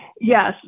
Yes